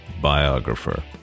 biographer